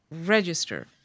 register